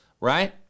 right